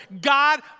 God